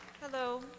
Hello